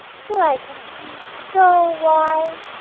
till i can see so wide,